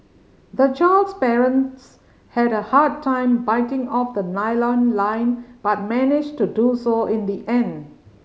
the child's parents had a hard time biting off the nylon line but managed to do so in the end